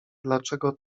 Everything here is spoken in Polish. dlaczego